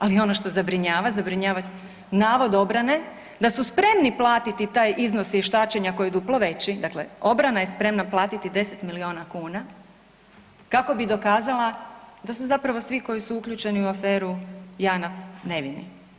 Ali ono što zabrinjava, zabrinjava navod obrane da su spremni platiti taj iznos vještačenja koji je duplo veći, dakle obrana je spremna platiti 10 milijuna kuna kako bi dokazala da su zapravo svi koji su uključeni u aferu Janaf nevini.